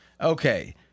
Okay